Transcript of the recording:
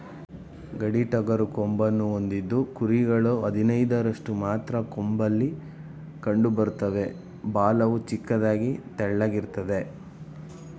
ಗಡ್ಡಿಟಗರು ಕೊಂಬನ್ನು ಹೊಂದಿದ್ದು ಕುರಿಗಳು ಹದಿನೈದರಷ್ಟು ಮಾತ್ರ ಕೊಂಬಲ್ಲಿ ಕಂಡುಬರ್ತವೆ ಬಾಲವು ಚಿಕ್ಕದಾಗಿ ತೆಳ್ಳಗಿರ್ತದೆ